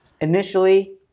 initially